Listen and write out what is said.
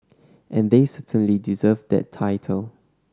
and they certainly deserve that title